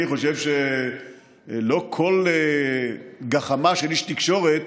אני חושב שלא כל גחמה של איש תקשורת